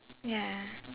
ya